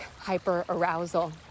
hyperarousal